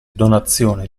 donazione